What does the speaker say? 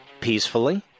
peacefully